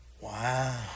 Wow